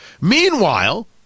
Meanwhile